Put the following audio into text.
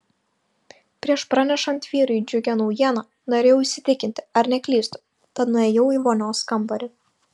prieš pranešant vyrui džiugią naujieną norėjau įsitikinti ar neklystu tad nuėjau į vonios kambarį